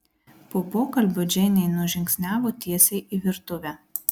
po pokalbio džeinė nužingsniavo tiesiai į virtuvę